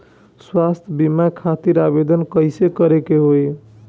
स्वास्थ्य बीमा खातिर आवेदन कइसे करे के होई?